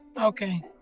Okay